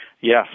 Yes